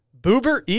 Boober